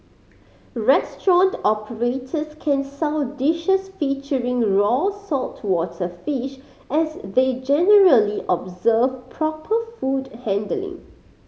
restaurant operators can sell dishes featuring raw saltwater fish as they generally observe proper food handling